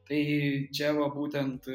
tai čia va būtent